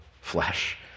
flesh